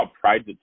prides